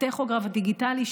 הטכוגרף הדיגיטלי,